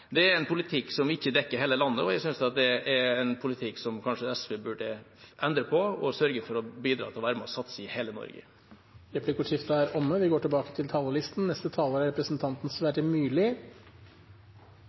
Det er en politikk som ikke dekker hele landet. Jeg synes det er en politikk som SV kanskje burde endre på, og at de heller burde være med på å bidra til å satse i hele Norge. Replikkordskiftet er omme. I disse dager går FNs klimatoppmøte i Katowice i Polen av stabelen. Skal vi